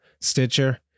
Stitcher